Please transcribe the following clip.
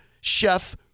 chef